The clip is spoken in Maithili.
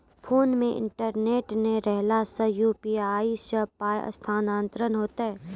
फोन मे इंटरनेट नै रहला सॅ, यु.पी.आई सॅ पाय स्थानांतरण हेतै?